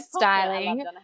styling